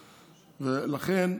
ולכן,